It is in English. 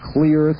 Clear